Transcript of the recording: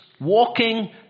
Walking